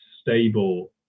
stable